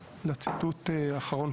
לכן צריך לקפוץ על ההזדמנות.